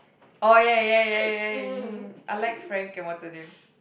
oh ya ya ya ya I like Frank and what's her name